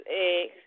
eggs